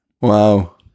Wow